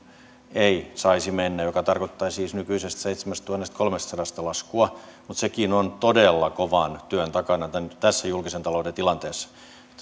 ei saisi mennä joka tarkoittaa siis nykyisestä seitsemästätuhannestakolmestasadasta laskua mutta sekin on todella kovan työn takana tässä julkisen talouden tilanteessa